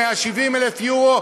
170,000 יורו,